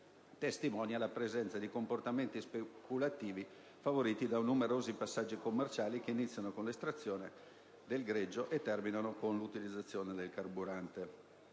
testimonia che la presenza di comportamenti speculativi favoriti da numerosi passaggi commerciali, che iniziano con l'estrazione del greggio e terminano con l'utilizzazione del carburante.